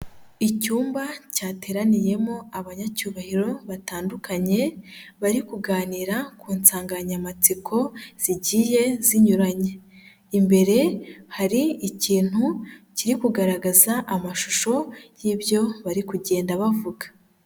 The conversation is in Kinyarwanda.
Icyumba cyateraniyemo abanyacyubahiro batandukanye, bari kuganira ku nsanganyamatsiko zigiye zinyuranye. Imbere hari ikintu kiri kugaragaza amashusho y'ibyo bari kugenda bavuga.